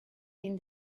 been